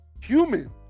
human